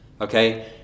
okay